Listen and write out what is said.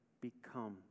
become